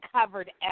covered